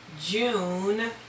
June